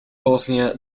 bosnia